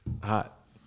Hot